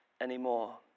anymore